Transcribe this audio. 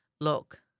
look